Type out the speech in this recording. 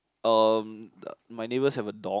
um my neighbours have a dog